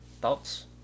Thoughts